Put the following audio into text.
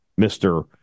Mr